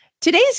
Today's